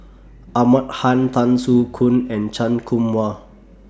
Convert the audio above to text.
Ahmad Han Tan Soo Khoon and Chan Kum Wah